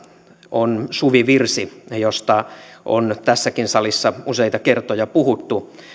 on suvivirsi josta on tässäkin salissa useita kertoja puhuttu